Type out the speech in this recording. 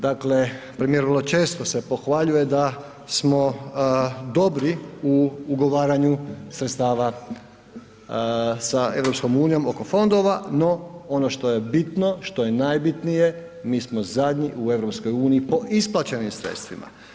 Dakle, premijer vrlo često se pohvaljuje da smo dobri u ugovaranju sredstava sa EU oko fondova, no ono što je bitno što je najbitnije, mi smo zadnji u EU po isplaćenim sredstvima.